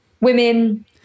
women